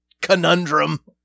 conundrum